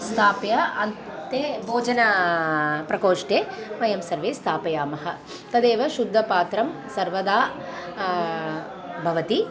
स्थाप्य अन्ते भोजनप्रकोष्ठे वयं सर्वे स्थापयामः तदेव शुद्धपात्रं सर्वदा भवति